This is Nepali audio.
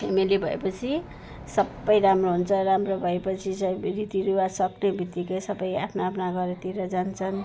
फ्यामिली भएपछि सबै राम्रो हुन्छ राम्रो भएपछि चाहिँ रीतिरिवाज सक्नेबित्तिकै सबै आफ्ना आफ्ना घरतिर जान्छन्